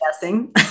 guessing